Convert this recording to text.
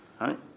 right